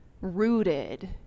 rooted